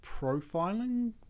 profiling